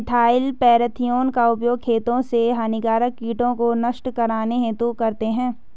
methyl parathion का उपयोग खेतों से हानिकारक कीटों को नष्ट करने हेतु करते है